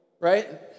Right